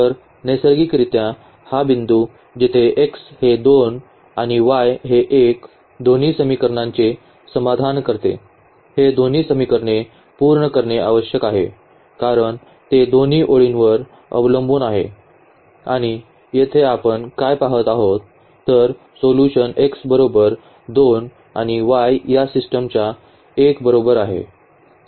तर नैसर्गिकरित्या हा बिंदू जिथे x हे 2 आणि y हे 1 दोन्ही समीकरणांचे समाधान करते हे दोन्ही समीकरणे पूर्ण करणे आवश्यक आहे कारण ते दोन्ही ओळींवर अवलंबून आहे आणि येथे आपण काय पाहत आहोत तर सोल्यूशन x बरोबर 2 आणि y या सिस्टमच्या 1 बरोबर आहे